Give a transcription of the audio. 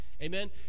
Amen